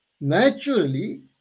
naturally